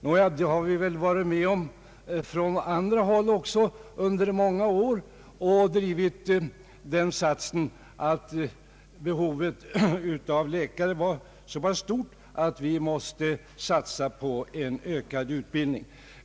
Nåja, vi har väl varit med om att man också från andra håll under många år drivit den satsen, att behovet av läkare är så stort att vi måste satsa på en ökad utbildning.